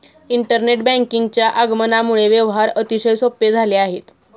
internet बँकिंगच्या आगमनामुळे व्यवहार अतिशय सोपे झाले आहेत